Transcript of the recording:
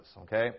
okay